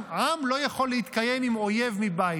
עם לא יכול להתקיים עם אויב מבית.